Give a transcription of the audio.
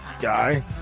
Guy